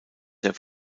der